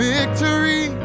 victory